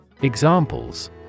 Examples